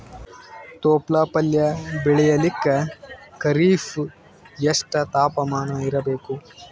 ತೊಪ್ಲ ಪಲ್ಯ ಬೆಳೆಯಲಿಕ ಖರೀಫ್ ಎಷ್ಟ ತಾಪಮಾನ ಇರಬೇಕು?